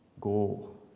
go